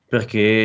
Perché